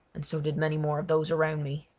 and so did many more of those around me.